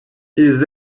ils